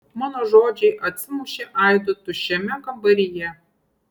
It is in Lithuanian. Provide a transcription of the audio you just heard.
mano žodžiai atsimušė aidu tuščiame kambaryje